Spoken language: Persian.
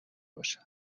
باشم